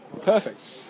Perfect